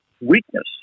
weakness